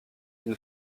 une